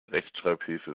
rechtschreibhilfe